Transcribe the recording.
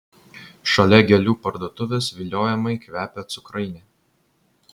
šalia gėlių parduotuvės viliojamai kvepia cukrainė